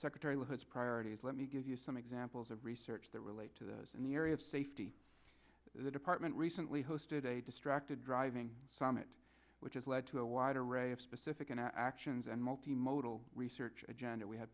secretary la hood's priorities let me give you some examples of research that relate to those in the area of safety the department recently hosted a distracted driving summit which has led to a wide array of specific actions and multi modal research agenda we ha